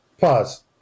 pause